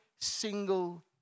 single